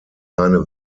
seine